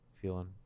feeling